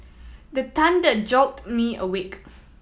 the thunder jolt me awake